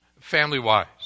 family-wise